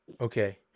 Okay